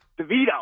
DeVito